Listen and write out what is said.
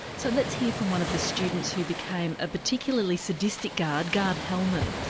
so let's hear from one of the students who became a particularly sadistic guard, guard helman,